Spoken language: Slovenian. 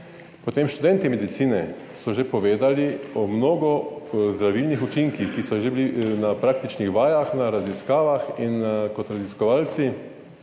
Potem študentje medicine so že povedali o mnogo zdravilnih učinkih, ki so že bili na praktičnih vajah, na raziskavah in kot raziskovalci,